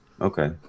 Okay